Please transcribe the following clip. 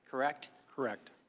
correct? correct.